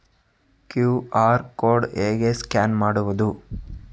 QR code ಹೇಗೆ scan ಮಾಡುವುದು?